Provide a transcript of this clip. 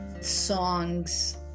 songs